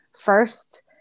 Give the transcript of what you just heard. first